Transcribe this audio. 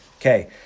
Okay